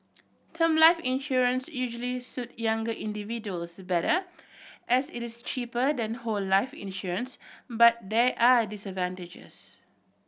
term life insurance usually suit younger individuals better as it is cheaper than whole life insurance but there are disadvantages